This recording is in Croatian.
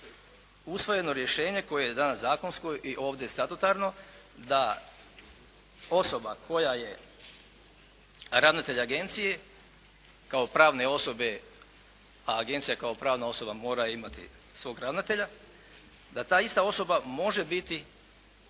usvojeno rješenje koje je danas zakonsko i ovdje statutarno, da osoba koja je ravnatelj agencije kao pravne osobe, a agencija kao pravna osoba mora imati svog ravnatelja, da ta ista osoba može biti